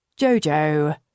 Jojo